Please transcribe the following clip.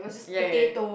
ya ya